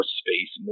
space